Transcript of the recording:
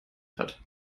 hat